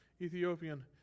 Ethiopian